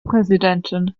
präsidentin